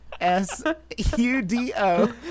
S-U-D-O